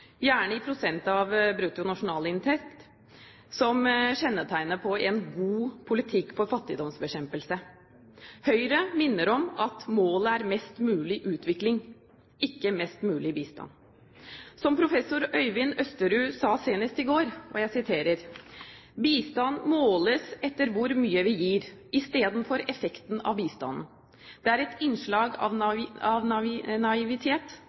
gjerne i prosent av bruttonasjonalinntekt, som kjennetegnet på en god politikk for fattigdomsbekjempelse. Høyre minner om at målet er mest mulig utvikling, ikke mest mulig bistand. Som professor Øyvind Østerud sa senest i går: «Bistand måles etter hvor mye vi gir, istedenfor effekten av bistanden. Det er et innslag av